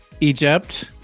Egypt